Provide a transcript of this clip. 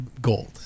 gold